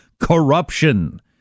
corruption